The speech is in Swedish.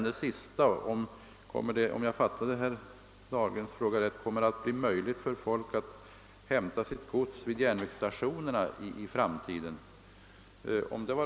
Om jag fattade herr Dahlgrens sista fråga rätt, undrade han om det kommer att bli möjligt för folk att hämta sitt gods på järnvägsstationerna i framtiden.